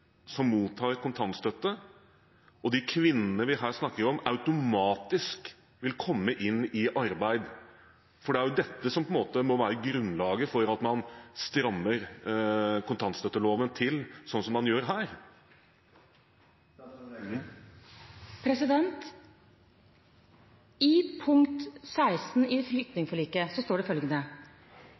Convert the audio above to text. som mottar kontantstøtte, og de kvinnene vi her snakker om, automatisk vil komme inn i arbeid? For det er jo dette som må være grunnlaget for at man strammer kontantstøtteloven til sånn som man gjør her. I punkt 16 i flyktningforliket